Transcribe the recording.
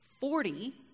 Forty